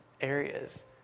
areas